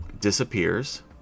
disappears